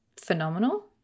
phenomenal